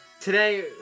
today